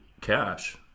cash